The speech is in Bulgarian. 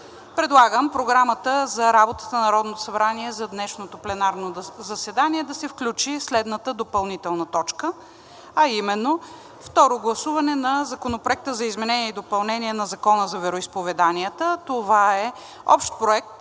предлагам в програмата за работа на Народното събрание за днешното пленарно заседание да се включи следната допълнителна точка, а именно: „Второ гласуване на Законопроекта за изменение и допълнение на Закона за вероизповеданията“. Това е Общ проект,